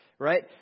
Right